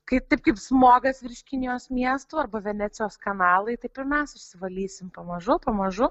kaip taip kaip smogas virš kinijos miestų arba venecijos kanalai taip ir mes išsivalysim pamažu pamažu